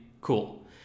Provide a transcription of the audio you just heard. cool